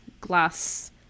glass